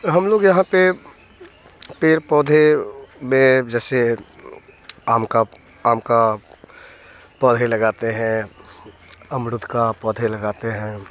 हम लोग यहाँ पे पेड़ पौधे में जैसे आम का आम का पौधे लगाते हैं अमरूद का पौधे लगाते हैं